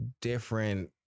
different